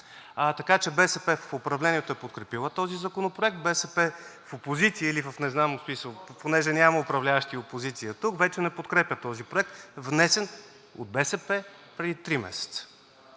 Така че БСП в управлението е подкрепила този законопроект, БСП в опозиция, или не знам, в смисъл, понеже нямаме управляващи и опозиция тук, вече не подкрепят този проект, внесен от БСП преди три месеца.